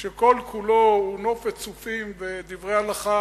שכל-כולו נופת צופים ודברי הלכה,